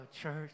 church